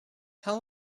how